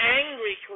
angry